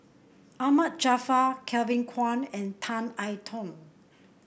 Ahmad Jaafar Kevin Kwan and Tan I Tong